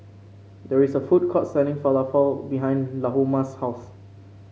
there is a food court selling Falafel behind Lahoma's house